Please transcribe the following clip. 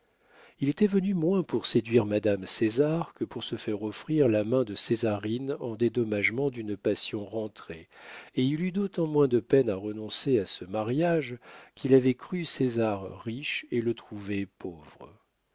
il était venu moins pour séduire madame césar que pour se faire offrir la main de césarine en dédommagement d'une passion rentrée et il eut d'autant moins de peine à renoncer à ce mariage qu'il avait cru césar riche et le trouvait pauvre